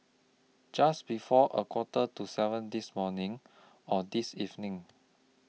Just before A Quarter to seven This morning Or This evening